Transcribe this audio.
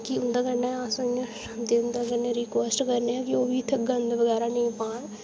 कि उंदे कन्नै अस इयां दिल दे कन्नै रक्वैस्स्ट करने आं जे ओह् बी इत्थै गंद बगैरा नेईं पान